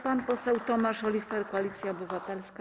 Pan poseł Tomasz Olichwer, Koalicja Obywatelska.